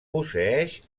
posseeix